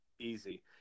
easy